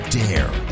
dare